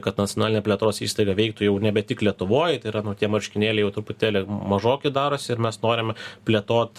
kad nacionalinė plėtros įstaiga veiktų jau nebe tik lietuvoj tai yra nu tie marškinėliai jau truputėlį mažoki darosi ir mes norim plėtot